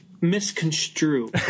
misconstrue